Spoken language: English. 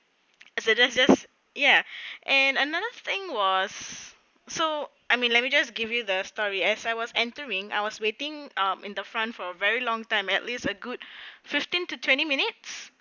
as it is just ya and another thing was so I mean let me just give you the story as I was entering I was waiting uh in the front for a very long time at least a good fifteen to twenty minutes